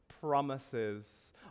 promises